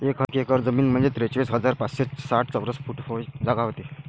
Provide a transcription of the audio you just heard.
एक एकर जमीन म्हंजे त्रेचाळीस हजार पाचशे साठ चौरस फूट जागा व्हते